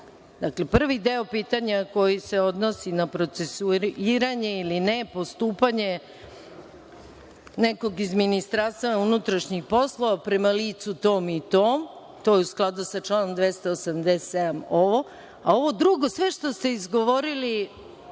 ljude. Dakle, prvi deo pitanja koji se odnosi na procesuiranje ili ne, postupanje nekog iz Ministarstva unutrašnjih poslova prema licu tom i tom, to je u skladu sa članom 287, ovo, a ovo drugo sve što ste izgovorili